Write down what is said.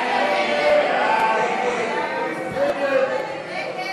ההסתייגות לסעיף 98,